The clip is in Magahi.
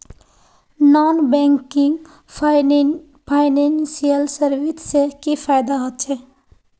नॉन बैंकिंग फाइनेंशियल सर्विसेज से की फायदा होचे?